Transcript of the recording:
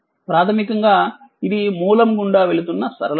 ప్రాథమికంగా ఇది మూలం గుండా వెళుతున్న సరళ రేఖ